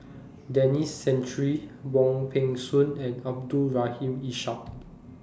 Denis Santry Wong Peng Soon and Abdul Rahim Ishak